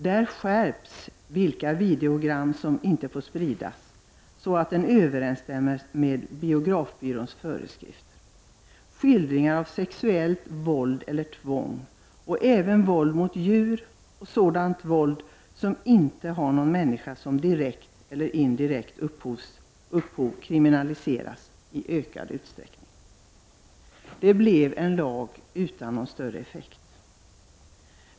Där skärps reglerna för vilka videogram som inte får spridas så att dessa regler överensstämmer med biografbyråns föreskrifter. Skildringar av sexuellt våld eller tvång, våld mot djur och sådant våld som inte har någon människa som direkt eller indirekt upphov kriminaliseras i ökad utsträckning. Den lagen fick ingen effekt.